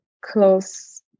close